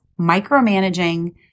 micromanaging